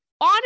on